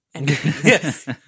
Yes